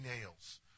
nails